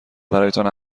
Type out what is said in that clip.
برایتان